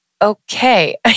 Okay